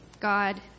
God